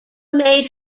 made